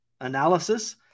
analysis